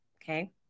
Okay